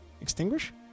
Extinguish